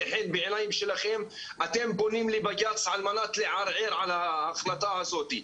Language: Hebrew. חן בעיניים שלכם אתם פונים לבג"צ על מנת לערער על ההחלטה הזאת.